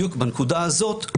בדיוק בנקודה הזאת,